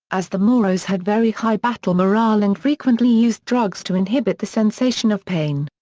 as the moros had very high battle morale and frequently used drugs to inhibit the sensation of pain.